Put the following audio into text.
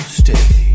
stay